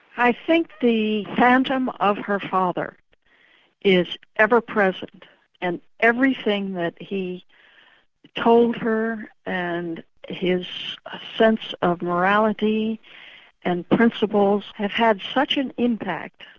i think the phantom of her father is ever-present and everything that he told her and his ah sense of morality and principles, have had such an impact,